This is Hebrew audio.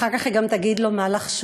אחר כך היא גם תגיד לו מה לחשוב.